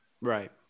Right